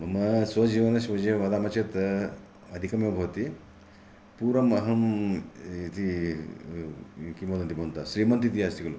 मम स्वजीवनस्य विषये वदामः चेत् अधिकमेव भवति पूर्वमहं किं वदन्ति भवन्तः इति श्रीमन्तः इति अस्ति कलु